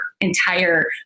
entire